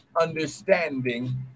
understanding